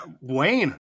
Wayne